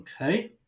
Okay